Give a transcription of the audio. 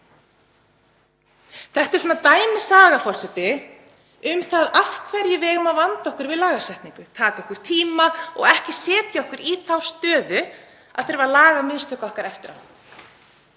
Þetta er dæmisaga, forseti, um það af hverju við eigum að vanda okkur við lagasetningu, taka okkur tíma og ekki setja okkur í þá stöðu að þurfa að laga mistök okkar eftir á.